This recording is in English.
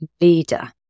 Leader